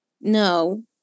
no